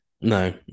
No